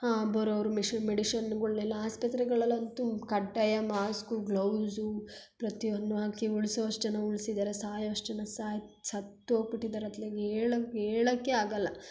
ಹಾಂ ಬರೋವ್ರು ಮಿಶ ಮೆಡಿಶನ್ಗಳ್ನೆಲ್ಲ ಆಸ್ಪತ್ರೆಗಳಲ್ಲಿ ಅಂತೂ ಕಡ್ಡಾಯ ಮಾಸ್ಕು ಗ್ಲೌಸು ಪ್ರತಿ ಒಂದನ್ನೂ ಹಾಕಿ ಉಳಿಸೋ ಅಷ್ಟು ಜನ ಉಳ್ಸಿದ್ದಾರೆ ಸಾಯೋ ಅಷ್ಟು ಜನ ಸಾಯ್ ಸತ್ತೋಗಿಬಿಟ್ಟಿದ್ದಾರೆ ಅತ್ಲಾಗೆ ಹೇಳಕ್ ಹೇಳಕ್ಕೆ ಆಗಲ್ಲ